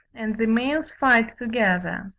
and the males fight together.